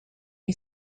you